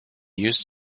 used